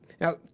Now